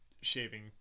shaving